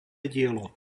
dielo